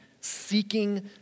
seeking